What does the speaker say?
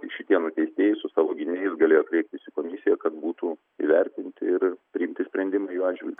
šitie nuteistieji su savo gynėjais galėjo kreiptis į komisiją kas būtų įvertinti ir ir priimti sprendimai jų atžvilgiu